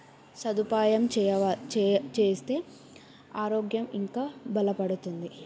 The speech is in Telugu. సదుపాయం చేయవ చే చేస్తే ఆరోగ్యం ఇంకా బలపడుతుంది